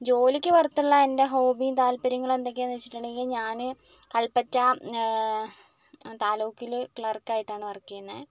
ജോലിക്ക് പുറത്തുള്ള എൻ്റെ ഹോബിയും താത്പര്യങ്ങളും എന്തൊക്കെയാണ് എന്ന് വെച്ചിട്ടുണ്ടെങ്കിൽ ഞാന് കൽപ്പറ്റ താലൂക്കില് ക്ലർക്ക് ആയിട്ടാണ് വർക്ക് ചെയ്യുന്നത്